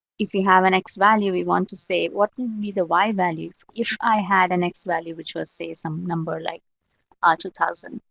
if we have an x value, we want to say, what will be the like y-value if i had an x-value, which we'll say some number like ah two thousand,